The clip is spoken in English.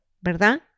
¿verdad